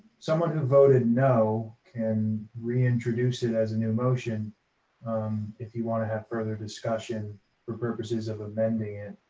someone who voted no can reintroduce it as a new motion if you want to have further discussion for purposes of amending it,